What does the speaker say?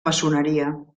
maçoneria